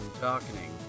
darkening